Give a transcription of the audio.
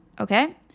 okay